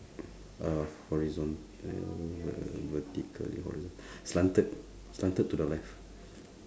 uh horizon~ err vertical~ horizon~ slanted slanted to the left